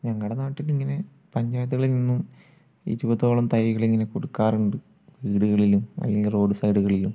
ഞങ്ങളുടെ നാട്ടിലിങ്ങനെ പഞ്ചായത്തുകളിൽ നിന്നും ഇരുപതോളം തൈകളിങ്ങനെ കൊടുക്കാറുണ്ട് വീടുകളിലും അല്ലെങ്കിൽ റോഡ് സൈഡുകളിലും